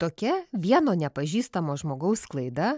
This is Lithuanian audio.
tokia vieno nepažįstamo žmogaus klaida